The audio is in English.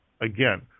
again